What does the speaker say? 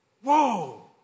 whoa